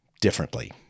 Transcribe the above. differently